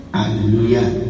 Hallelujah